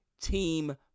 team